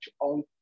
on